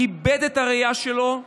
איבד את הראייה שלו,